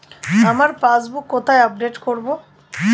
আমার পাসবুক কোথায় আপডেট করব?